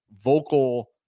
vocal